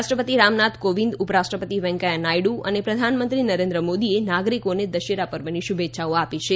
રાષ્ટ્રપતિ રામનાથ કોવિંદ ઉપરાષ્ટ્રપતિ વેંકૈયા નાયડુ અને પ્રધાનમંત્રી નરેન્દ્ર મોદીએ નાગરિકોને દશેરા પર્વની શુભેચ્છાઓ આપી છે